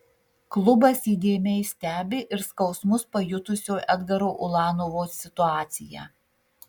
klubas įdėmiai stebi ir skausmus pajutusio edgaro ulanovo situaciją